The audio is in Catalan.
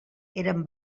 eren